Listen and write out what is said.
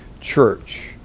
church